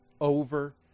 over